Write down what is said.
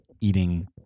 eating